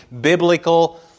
biblical